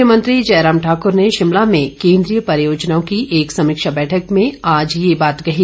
मुख्यमंत्री जयराम ठाकुर ने शिमला में केन्द्रीय परियोजनाओं की एक समीक्षा बैठक में आज ये बात कही